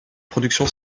production